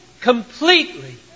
completely